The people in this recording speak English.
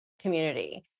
community